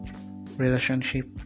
relationship